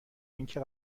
اینکه